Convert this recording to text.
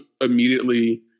immediately